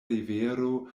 rivero